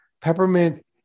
Peppermint